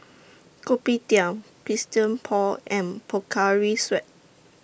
Kopitiam Christian Paul and Pocari Sweat